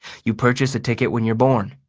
you purchase a ticket when you're born.